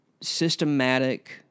systematic